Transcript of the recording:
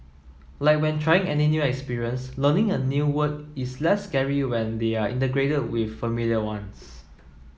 like when trying any new experience learning a new word is less scary when they are integrated with familiar ones